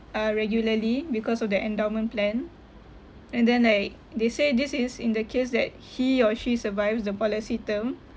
uh regularly because of their endowment plan and then like they say this is in the case that he or she survives the policy term